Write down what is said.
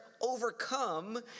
overcome